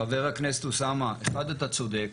חבר הכנסת אוסאמה, אחד, אתה צודק.